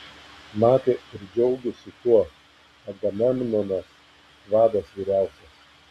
matė ir džiaugėsi tuo agamemnonas vadas vyriausias